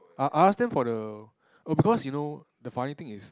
I I ask them for the oh because you know the funny thing is